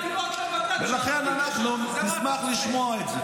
ולכן אנחנו נשמח לשמוע את זה.